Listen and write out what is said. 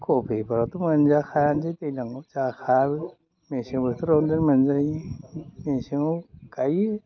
खबिफ्राथ' मोनजाखायानोसै दैज्लाङाव जाखायाबो मेसें बोथोरावदेन मोनजायो मेसेङाव गायो